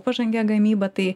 pažangią gamyba tai